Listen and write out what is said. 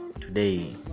today